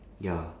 ya